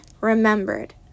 remembered